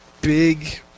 big